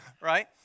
right